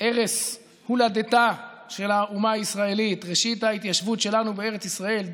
ערש הולדתה של האומה הישראלית: ראשית ההתיישבות שלנו בארץ ישראל,